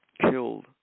killed